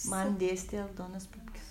man dėstė aldonas pupkis